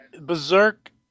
Berserk